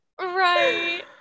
right